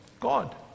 God